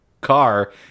car